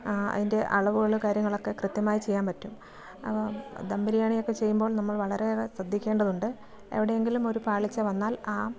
അതിൻ്റെ അളവുകൾ കാര്യങ്ങളൊക്കെ കൃത്യമായി ചെയ്യാൻ പറ്റും ദം ബിരിയാണിയൊക്കെ ചെയ്യുമ്പോൾ നമ്മൾ വളരെയേറെ ശ്രദ്ധിക്കേണ്ടതുണ്ട് എവിടെയെങ്കിലും ഒരു പാളിച്ച വന്നാൽ ആ